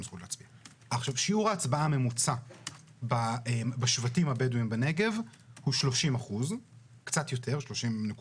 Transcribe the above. שיעור ההצבעה הממוצע בשבטים הבדואים בנגב הוא קצת יותר מ-30%.